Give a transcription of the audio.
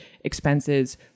expenses